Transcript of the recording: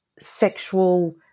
sexual